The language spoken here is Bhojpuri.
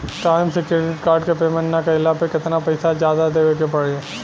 टाइम से क्रेडिट कार्ड के पेमेंट ना कैला पर केतना पईसा जादे देवे के पड़ी?